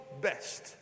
best